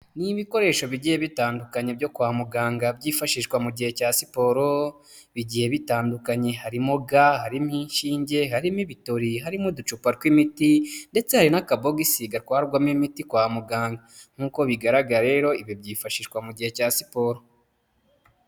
Ni ibikoresho bigiye bitandukanye byo kwa muganga byifashishwa mu gihe cya siporo, bigiye bitandukanye harimo ga, hari inshinge, harimo ibitori, harimo uducupa tw'imiti ndetse hari n'akabogisi gatwarwamo imiti kwa muganga. Nkuko bigaragara rero ibyo byifashishwa mu gihe cya siporo.